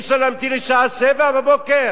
אי-אפשר להמתין לשעה 07:00,